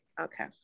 okay